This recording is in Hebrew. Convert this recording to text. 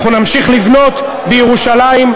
אנחנו נמשיך לבנות בירושלים,